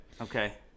okay